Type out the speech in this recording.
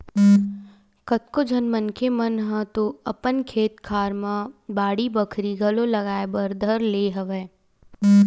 कतको झन मनखे मन ह तो अपन खेत खार मन म बाड़ी बखरी घलो लगाए बर धर ले हवय